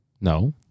no